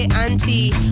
auntie